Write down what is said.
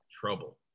trouble